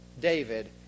David